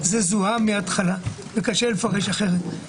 זה זוהה מהתחלה, וקשה לפרש אחרת.